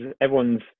everyone's